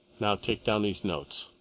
now take down these notes.